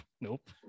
Nope